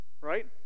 right